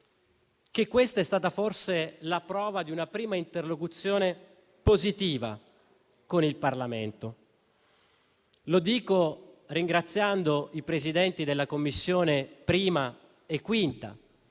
che questa è stata forse la prova di una prima interlocuzione positiva con il Parlamento. Lo dico ringraziando i Presidenti della 1a e della